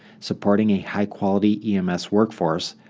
supporting a high-quality ems workforce,